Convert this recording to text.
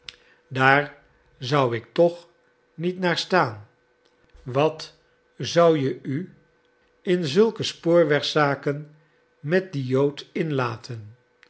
daar zou ik toch niet naar staan wat zou je u in zulke spoorwegzaken met dien jood inlaten